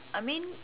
I mean